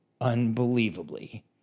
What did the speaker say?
unbelievably